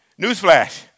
Newsflash